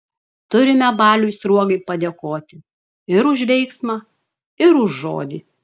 turime baliui sruogai padėkoti ir už veiksmą ir už žodį